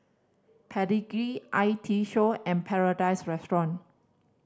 Pedigree I T Show and Paradise Restaurant